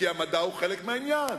כי המדע הוא חלק מהעניין.